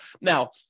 Now